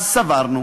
אז סברנו